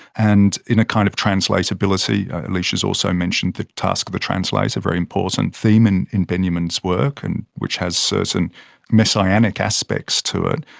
and in a kind of translatability lecia's also mentioned the task of the translator, a very important theme in in benjamin's work, and which has certain messianic aspects to it.